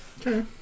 Okay